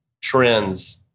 trends